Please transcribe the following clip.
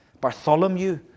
Bartholomew